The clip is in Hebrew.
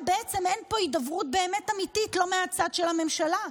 בעצם אין פה הידברות באמת אמיתית מהצד של הממשלה,